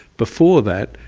before that,